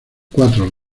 cuatro